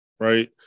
Right